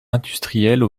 industrielles